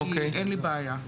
אין לי בעיה.